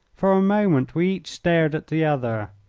for a moment we each stared at the other.